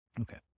Okay